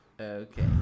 Okay